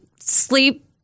sleep